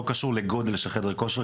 לא קשור לגודל של חדר כושר,